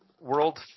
world